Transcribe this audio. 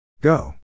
Go